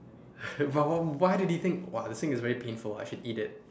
but why did he think !wah! the thing is very painful I should eat it